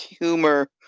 humor